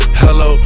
hello